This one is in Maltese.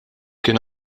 kien